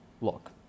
look